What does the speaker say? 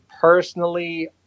personally